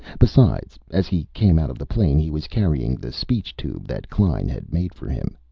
besides, as he came out of the plane, he was carrying the speech-tube that klein had made for him.